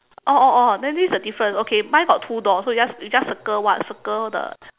oh oh oh then this is the difference okay mine got two doors so you just circle what circle the